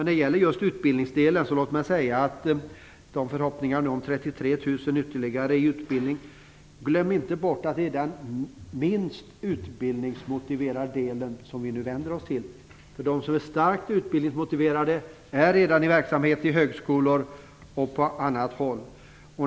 När det gäller utbildningsverksamheten vill jag beträffande förhoppningarna om ytterligare 33 000 personer i utbildning säga att man inte skall glömma bort att den kategori som vi nu vänder oss till är den minst utbildningsmotiverade. De starkt utbildningsmotiverade är redan i utbildningar på högskolor och på andra håll.